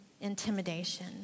intimidation